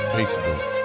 Facebook